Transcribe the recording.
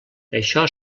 això